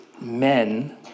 men